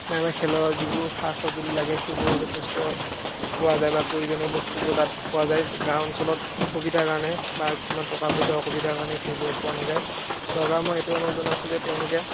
নাইবা খেলৰ যিবোৰ সা সঁজুলি লাগে সেইবোৰ যথেষ্ট পোৱা যায় বা প্ৰয়োজনীয় বস্তুবোৰ তাত পোৱা যায় গাঁও অঞ্চলত অসুবিধাৰ কাৰণে বা কিছুমান টকা পইচাৰ অসুবিধাৰ কাৰণে সেইবোৰ পোৱা নাযায় চৰকাৰক মই এইটো অনুৰোধ জনাইছোঁ যে তেওঁলোকে